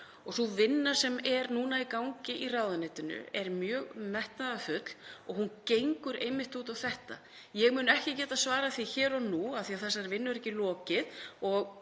og sú vinna sem er núna í gangi í ráðuneytinu er mjög metnaðarfull og gengur einmitt út á þetta. Ég mun ekki geta svarað því hér og nú, af því að þessari vinnu er ekki lokið